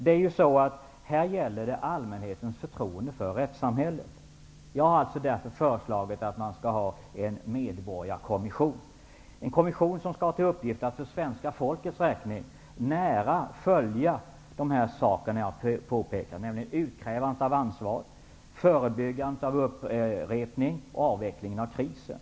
Det är fråga om allmänhetens förtroende för rättssamhället. Jag har därför föreslagit att man skall inrätta en medborgarkommission. Kommissionen skall ha till uppgift att för svenska folkets räkning nära följa dessa frågor, dvs. utkrävandet av ansvar, förebyggandet av upprepning och avveckling av krisen.